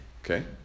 Okay